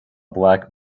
black